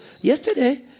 yesterday